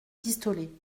pistolet